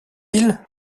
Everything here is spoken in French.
île